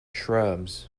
shrubs